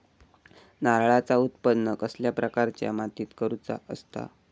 नारळाचा उत्त्पन कसल्या प्रकारच्या मातीत करूचा असता?